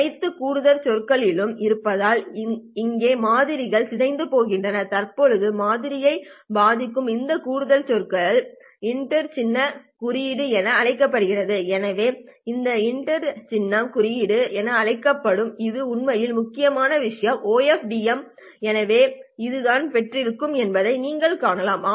அனைத்து கூடுதல் சொற்களும் இருப்பதால் இங்கே மாதிரிகள் சிதைந்து போகின்றன தற்போதைய மாதிரியை பாதிக்கும் இந்த கூடுதல் சொற்கள் இன்டர் சின்னம் குறுக்கீடு என அழைக்கப்படுகின்றன எனவே இது இன்டர் சின்னம் குறுக்கீடு என அழைக்கப்படுகிறது இது உண்மையில் ஒரு முக்கியமான விஷயம் OFDM எனவே இதுதான் பெறப்பட்டிருக்கும் என்பதை நீங்கள் காணலாம்